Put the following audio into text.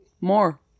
more